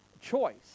choice